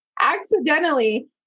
accidentally